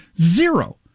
Zero